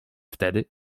wtedy